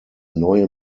neue